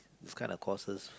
this kind of courses